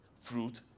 fruit